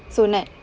so not